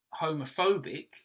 homophobic